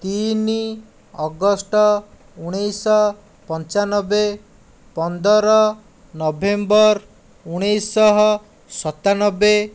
ତିନି ଅଗଷ୍ଟ ଉଣେଇଶଶହ ପଞ୍ଚାନବେ ପନ୍ଦର ନଭେମ୍ବର ଉଣେଇଶଶହ ସତାନବେ